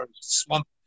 swamp